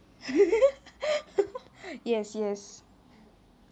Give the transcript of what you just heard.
yes yes